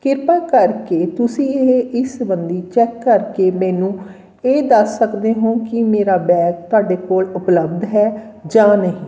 ਕਿਰਪਾ ਕਰਕੇ ਤੁਸੀਂ ਇਹ ਇਸ ਸੰਬੰਧੀ ਚੈੱਕ ਕਰਕੇ ਮੈਨੂੰ ਇਹ ਦੱਸ ਸਕਦੇ ਹੋ ਕਿ ਮੇਰਾ ਬੈਗ ਤੁਹਾਡੇ ਕੋਲ ਉਪਲਬਧ ਹੈ ਜਾਂ ਨਹੀਂ